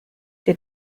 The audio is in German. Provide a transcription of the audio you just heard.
der